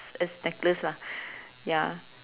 it's necklace lah ya